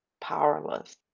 powerless